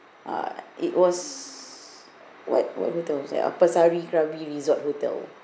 uh it was what what hotel was that are apasari krabi resort hotel